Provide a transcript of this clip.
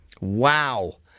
Wow